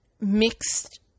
mixed